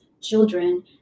children